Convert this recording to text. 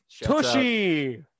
Tushy